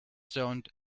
zoned